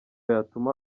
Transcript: yatuma